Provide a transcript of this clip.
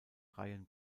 reihen